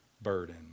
burden